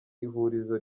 ihurizo